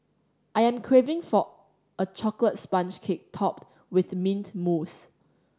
I am craving for a chocolate sponge cake topped with mint mousse